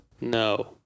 No